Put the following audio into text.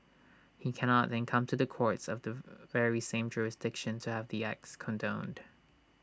he cannot then come to the courts of the very same jurisdiction to have the acts condoned